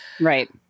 right